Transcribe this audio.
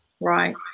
Right